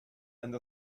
and